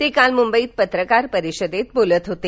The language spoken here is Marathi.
ते काल मुंबईत पत्रकार परिषदेत बोलत होते